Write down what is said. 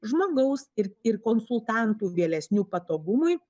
žmogaus ir ir konsultantų vėlesnių patogumui